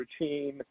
routine